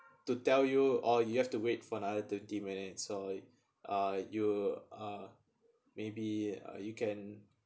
to tell you oh you have to wait for another twenty minutes so uh you uh maybe you can